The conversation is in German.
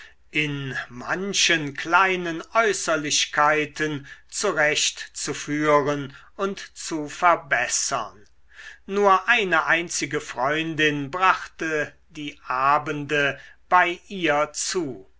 in manchen kleinen äußerlichkeiten zurecht zu führen und zu verbessern nur eine einzige freundin brachte die abende bei ihr zu